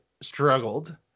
struggled